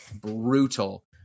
brutal